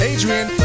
Adrian